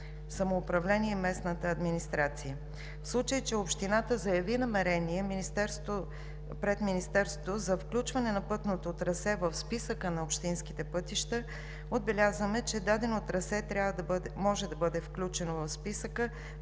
В случай че общината заяви намерение пред Министерството за включване на пътното трасе в списъка на общинските пътища отбелязваме, че дадено трасе може да бъде включено в списъка